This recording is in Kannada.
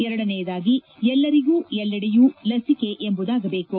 ಎರಡನೆಯದಾಗಿ ಎಲ್ಲರಿಗೂ ಎಲ್ಲೆಡೆಯೂ ಲಸಿಕೆ ಎಂಬುದಾಗದೇಕು